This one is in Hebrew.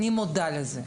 אני מודעת לזה.